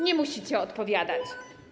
Nie musicie odpowiadać.